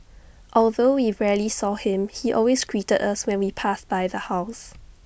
although we rarely saw him he always greeted us when we passed by the house